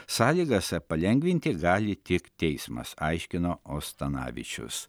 sąlygas palengvinti gali tik teismas aiškino ostanavičius